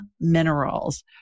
Minerals